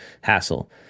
hassle